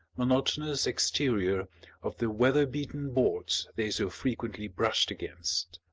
monotonous exterior of the weather-beaten boards they so frequently brushed against.